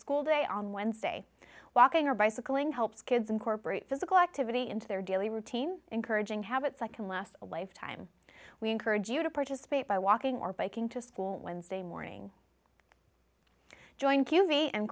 school day on wednesday walking or bicycling helps kids incorporate physical activity into their daily routine encouraging habits i can last a lifetime we encourage you to participate by walking or biking to school wednesday morning join